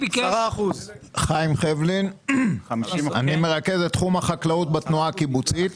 אני מרכז את תחום החקלאות בתנועה הקיבוצית.